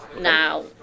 Now